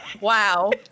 Wow